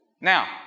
Now